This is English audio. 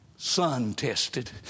Sun-tested